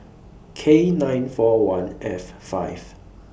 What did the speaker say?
K nine four one F five